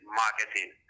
marketing